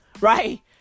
Right